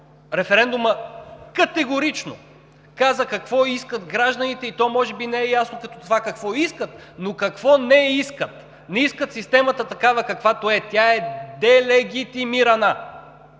референдумът категорично каза какво искат гражданите, и то може би не е ясно точно какво искат, но какво не искат – не искат системата такава, каквато е. Тя е делегитимирана!